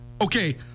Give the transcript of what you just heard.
Okay